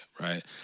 right